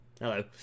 Hello